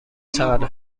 چقدر